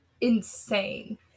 insane